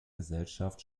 gesellschaft